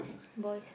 boys